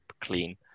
clean